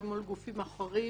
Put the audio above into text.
גם מול גופים אחרים,